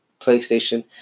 PlayStation